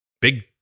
big